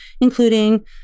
including